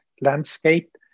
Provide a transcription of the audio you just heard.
landscape